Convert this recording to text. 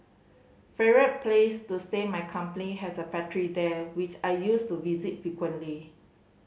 favourite place to stay my company has a factory there which I used to visit frequently